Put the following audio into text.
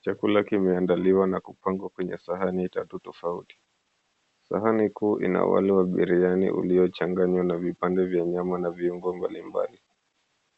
Chakula kimeandaliwa na kupangwa kwenye sahani tatu tofauti. Sahani kuu ina wali wa biryani uliochanganywa na vipande vya nyama na viungo mbalimbali.